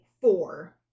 four